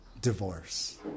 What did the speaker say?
divorce